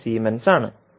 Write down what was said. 25 സീമെൻസാണ്